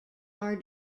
are